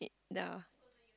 yeah